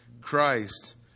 Christ